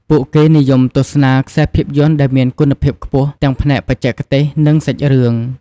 ពួកគេនិយមទស្សនាខ្សែភាពយន្តដែលមានគុណភាពខ្ពស់ ទាំងផ្នែកបច្ចេកទេស និងសាច់រឿង។